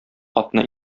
атны